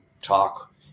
talk